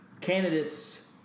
Candidates